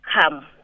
come